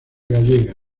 gallega